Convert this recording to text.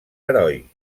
heroi